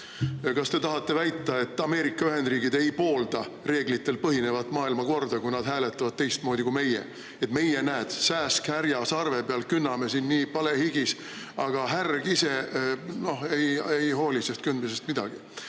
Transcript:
Kas te tahate väita, et Ameerika Ühendriigid ei poolda reeglitel põhinevat maailmakorda, kui nad hääletavad teistmoodi kui meie? Meie, näed, sääsk härja sarve peal, künname siin palehigis, aga härg ise ei hooli sest kündmisest midagi.